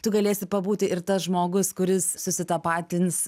tu galėsi pabūti ir tas žmogus kuris susitapatins